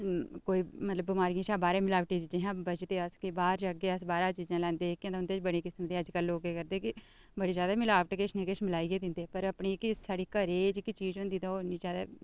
कोई मतलब बमारियां शा बाह्रें मलाबटी चीजें शा बचदे अस कि बाह्र जाह्गे अस बाह्र दी चीज लैंदे जेह्कियां तां उं'दे च बड़ी किस्म दियां लोक अजकल केह् करदे लोक कि बड़ी जैदा मलाबट किश ना किश मलाइयै दिंदे पर अपनी जेह्की घरै दी जेह्की चीज होंदी तां ओह् बड़ी जैदा